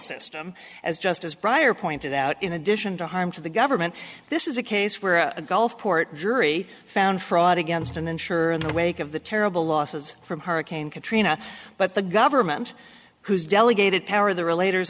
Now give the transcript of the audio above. system as justice brier pointed out in addition to harm to the government this is a case where a gulfport jury found fraud against an insurer in the wake of the terrible losses from hurricane katrina but the government whose delegated power the